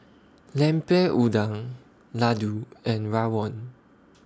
Lemper Udang Laddu and Rawon